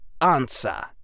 answer